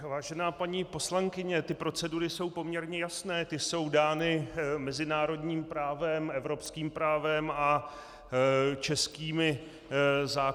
Vážená paní poslankyně, procedury jsou poměrně jasné, jsou dány mezinárodním právem, evropským právem a českými zákony.